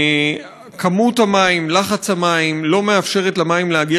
כמות המים ולחץ המים לא מאפשרים למים להגיע